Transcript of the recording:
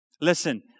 Listen